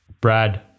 Brad